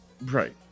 Right